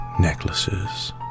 necklaces